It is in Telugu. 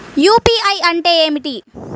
యూ.పీ.ఐ అంటే ఏమిటీ?